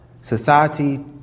society